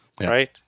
Right